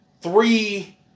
three